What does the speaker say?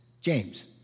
James